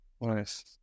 nice